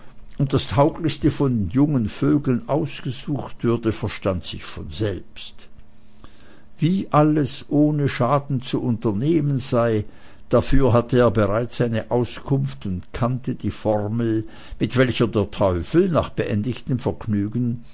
und das tauglichste von jungen vögeln ausgesucht würde verstand sich von selbst wie alles ohne schaden zu unternehmen sei dafür hatte er bereits eine auskunft und kannte die formel mit welcher der teufel nach beendigtem vergnügen